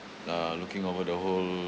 uh looking over the whole